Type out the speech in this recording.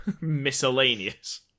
Miscellaneous